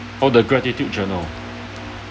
oh the gratitude journal